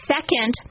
Second